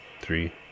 three